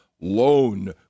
loan